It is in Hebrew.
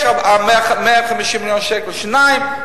יש 150 מיליון שקל לשיניים,